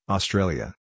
Australia